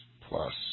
plus